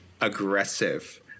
aggressive